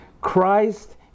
Christ